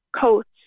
coats